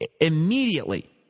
immediately